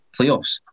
playoffs